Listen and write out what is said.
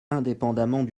indépendement